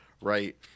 right